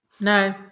No